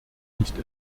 nicht